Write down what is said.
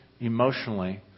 emotionally